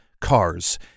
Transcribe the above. cars